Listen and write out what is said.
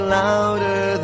louder